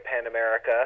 Pan-America